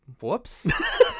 whoops